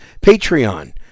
Patreon